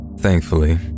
Thankfully